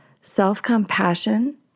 self-compassion